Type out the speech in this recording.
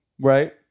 Right